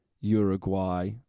Uruguay